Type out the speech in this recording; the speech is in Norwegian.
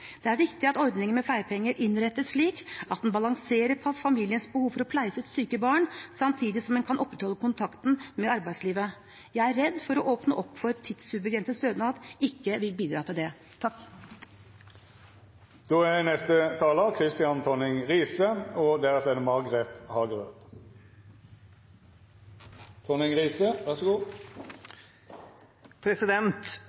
Det er viktig at ordningen med pleiepenger innrettes slik at den balanserer familiens behov for å pleie sitt syke barn med at man samtidig kan opprettholde kontakt med arbeidslivet. Jeg er redd for at å åpne opp for tidsubegrenset stønad ikke vil bidra til det. Utgangspunktet for denne debatten er at denne regjeringen har ønsket å utvide ordningen med pleiepenger. Den gamle ordningen var for rigid og